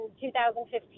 2015